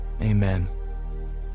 amen